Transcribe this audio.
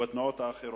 ובתנועות האחרות,